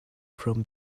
from